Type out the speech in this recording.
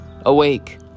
Awake